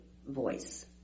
Voice